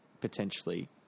potentially